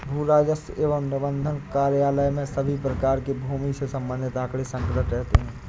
भू राजस्व एवं निबंधन कार्यालय में सभी प्रकार के भूमि से संबंधित आंकड़े संकलित रहते हैं